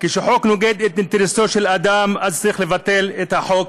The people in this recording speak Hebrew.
כשחוק נוגד אינטרס של אדם צריך לבטל את החוק,